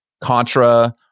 contra